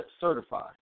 certify